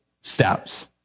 steps